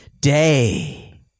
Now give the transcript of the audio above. Day